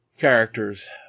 characters